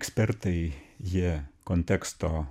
ekspertai jie konteksto